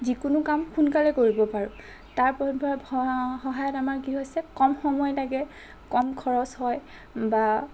যিকোনো কাম সোনকালে কৰিব পাৰোঁ তাৰ সহায়ত আমাৰ কি হৈছে কম সময় লাগে কম খৰচ হয় বা